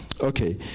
Okay